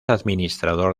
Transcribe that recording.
administrador